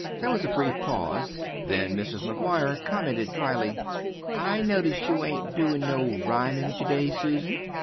there was a brief pause, then mrs. mcguire commented dryly i notice you ain't doin' no rhymin' to-day, susan.